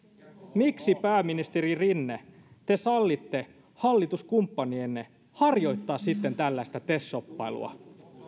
miksi pääministeri rinne te sallitte hallituskumppanienne harjoittaa sitten tällaista tes shoppailua